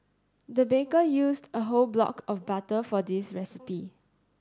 the baker used a whole block of butter for this recipe